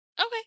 Okay